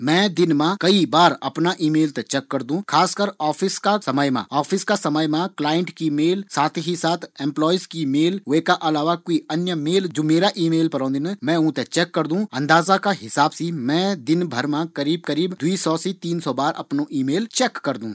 मैं दिन मा कई बार अफणा ईमेल थें चेक करदू। ख़ासकर ऑफिस का समय मा। ऑफिस का समय मा क्लाइंट की मेल, इम्प्लॉइज की मेल, विका अलावा जू अन्य मेल आयां रंदिन मैं ऊँ थें चेक करदू। अंदाजतन मैं दिन भर मा दो सौ से तीन सौ बार ईमेल चेक करदू।